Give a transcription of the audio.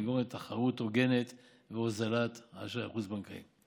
ולגרום לתחרות הוגנת והוזלת האשראי החוץ-בנקאי,